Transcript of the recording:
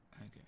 Okay